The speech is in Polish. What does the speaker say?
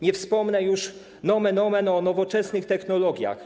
Nie wspomnę, nomen omen, o nowoczesnych technologiach.